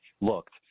looked